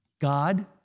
God